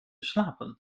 slapen